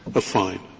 a fine,